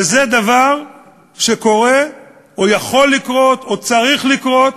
וזה דבר שקורה או יכול לקרות או צריך לקרות